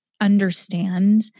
understand